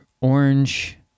orange